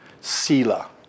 sila